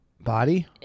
Body